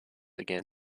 again